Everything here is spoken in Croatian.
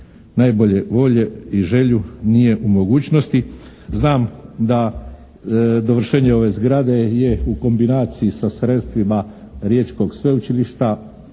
najbolje volje i želju nije u mogućnosti. Znam da dovršenje ove zgrade je u kombinaciji sa sredstvima Riječkog sveučilišta,